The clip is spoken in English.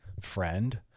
friend